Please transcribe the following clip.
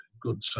good